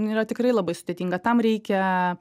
nu yra tikrai labai sudėtinga tam reikia